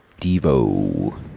Devo